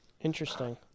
Interesting